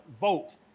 vote